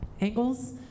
angles